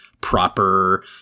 proper